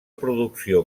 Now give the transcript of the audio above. producció